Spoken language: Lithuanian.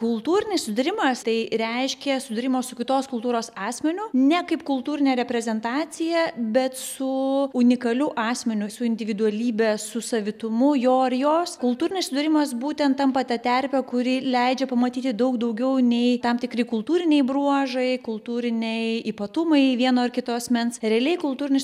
kultūrinis sudūrimas tai reiškia sudūrimo su kitos kultūros asmeniu ne kaip kultūrine reprezentacija bet su unikaliu asmeniu su individualybe su savitumu jo ar jos kultūrinis sudūrimas būtent tampa ta terpe kuri leidžia pamatyti daug daugiau nei tam tikri kultūriniai bruožai kultūriniai ypatumai vieno ar kito asmens realiai kultūrinis